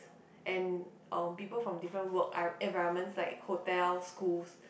and um people from different work envi~ environments like hotel schools